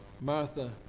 martha